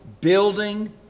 building